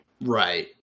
right